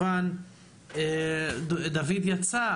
דוד יצא,